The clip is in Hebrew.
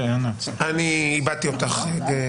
איבדתי אותך.